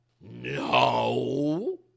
No